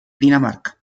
dinamarca